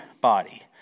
body